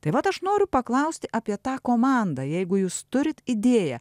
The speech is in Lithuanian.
tai vat aš noriu paklausti apie tą komandą jeigu jūs turit idėją